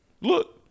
Look